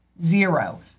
zero